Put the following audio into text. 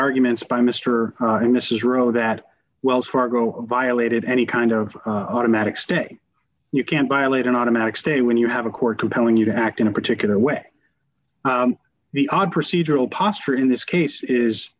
arguments by mr and mrs rowe that wells fargo violated any kind of automatic stay you can't violate an automatic stay when you have a court compelling you to act in a particular way the odd procedural posture in this case is